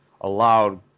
allowed